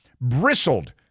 bristled